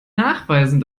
nachweisen